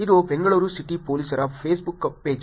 ಇದು ಬೆಂಗಳೂರು ಸಿಟಿ ಪೊಲೀಸರ Facebook page